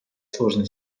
сложных